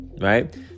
right